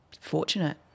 fortunate